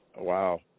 Wow